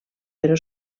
però